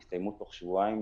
הם הסתיימו בתוך שבועיים,